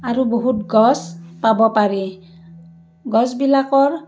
আৰু বহুত গছ পাব পাৰি গছবিলাকৰ